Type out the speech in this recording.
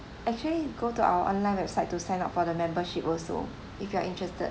actually go to our online website to sign up for the membership also if you are interested